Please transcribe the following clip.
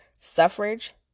Suffrage